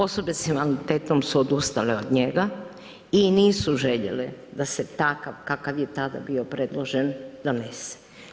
Osobe s invaliditetom su odustale od njega i nisu željele da se takav kakav je tada bio predložen donese.